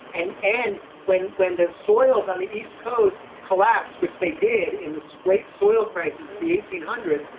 and and when when the soils on the east coast collapsed, which they did in the scraped soil crises of the eighteen hundreds.